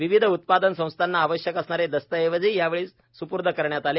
विविध उत्पादन संस्थांना आवश्यक असणारे दस्तऐवजही यावेळी सुपूर्द करण्यात आले